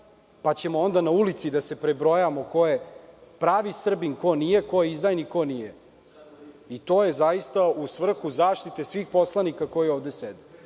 pa ćemo onda na ulici da se prebrojavamo ko je pravi Srbin, ko nije, ko je izdajnik, ko nije. To je u svrhu zaštite svih narodnih poslanika koji ovde sede. Molim